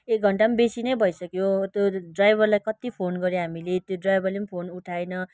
एक घण्टा बेसी नै भइसक्यो त्यो ड्राइभरलाई कति फोन गर्यो हामीले त्यो ड्राइभरले फोन उठाएन